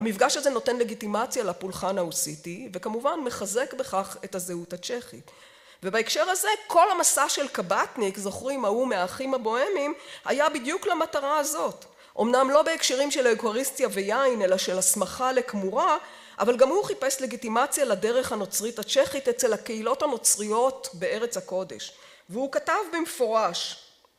המפגש הזה נותן לגיטימציה לפולחן האוסיתי וכמובן מחזק בכך את הזהות הצ'כית. ובהקשר הזה כל המסע של קבטניק, זוכרים, ההוא מהאחים הבוהמים, היה בדיוק למטרה הזאת. אומנם לא בהקשרים של אוכריסטיה ויין אלא של הסמכה לכמורה, אבל גם הוא חיפש לגיטימציה לדרך הנוצרית הצ'כית אצל הקהילות הנוצריות בארץ הקודש, והוא כתב במפורש